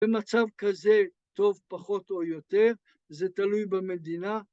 במצב כזה, טוב פחות או יותר, זה תלוי במדינה